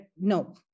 No